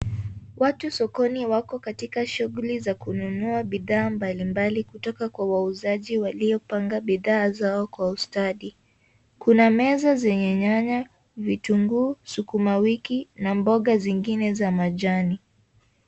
Watu sokoni wako katika shughuli za kunua bidhaa mbalimbali kutoka kwa wauzaji waliopanga bidhaa zao kwa ustadi. Kuna meza zenye nyanya, vitunguu, sukuma wiki na mboga zingine za majani.